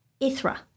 Ithra